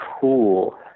cool